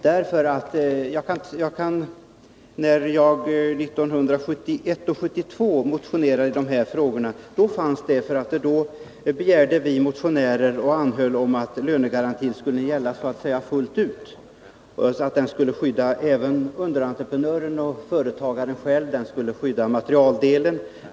När vi 1971 och 1972 motionerade i de här frågorna fanns de däremot. Då anhöll vi motionärer om att lönegarantin skulle gälla fullt ut. Den skulle skydda även underentreprenören och företagaren själv. Den skulle också skydda materialdelen.